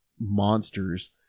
monster's